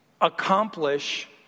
accomplish